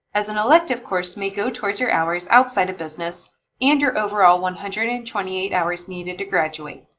as an elective course may go towards your hours outside of business and your overall one hundred and twenty eight hours needed to graduate.